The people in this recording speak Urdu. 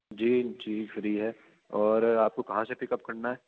جی جی فری ہے اور آپ کو کہاں سے پک اپ کرنا ہے